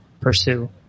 pursue